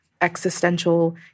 existential